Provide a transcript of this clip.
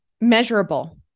measurable